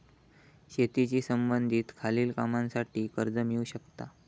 शेतीशी संबंधित खालील कामांसाठी कर्ज मिळू शकता